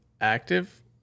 active